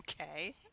okay